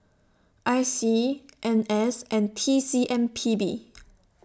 I C N S and T C M P B